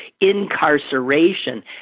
incarceration